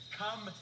come